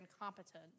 incompetent